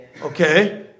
Okay